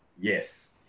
yes